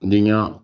जियां